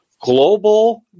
global